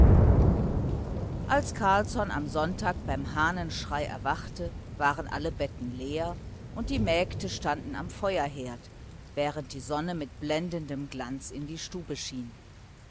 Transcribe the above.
als carlsson am sonntag beim hahnenschrei erwachte waren alle betten leer und die mägde standen am feuerherd während die sonne mit blendendem glanz in die stube schien